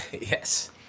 Yes